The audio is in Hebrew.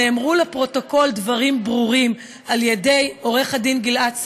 נאמרו לפרוטוקול דברים ברורים על ידי עורך הדין גלעד סממה,